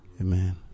Amen